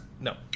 No